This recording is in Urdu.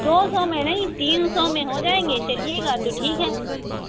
دو سو میں نہیں تین سو میں ہو جائیں گے چلیے گا تو ٹھیک ہے